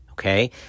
Okay